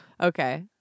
Okay